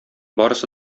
барысы